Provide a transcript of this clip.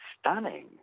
stunning